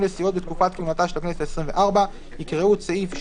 לסיעות בתקופת כהונתה של הכנסת העשרים וארבע יקראו את סעיף 7ג(ב)